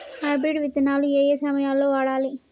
Hybrid విత్తనాలు ఏయే సమయాల్లో వాడాలి?